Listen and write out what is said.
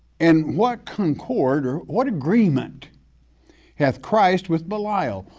and what concord or what agreement hath christ with belial?